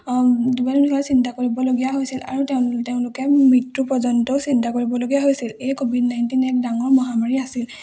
দুবেলা দুমুঠি খাবলৈ চিন্তা কৰিবলগীয়া হৈছিল আৰু তেওঁলোকে মৃত্যু পৰ্যন্তও চিন্তা কৰিবলগীয়া হৈছিল এই ক'ভিড নাইণ্টিন এক ডাঙৰ মহামাৰী আছিল